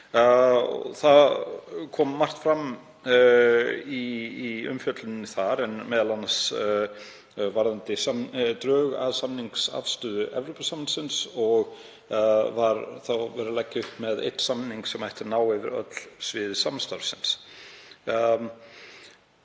Það kom margt fram í umfjölluninni þar, m.a. varðandi drög að samningsafstöðu Evrópusambandsins. Það var lagt upp með einn samning sem ætti að ná yfir öll svið samstarfsins.